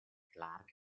clark